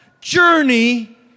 journey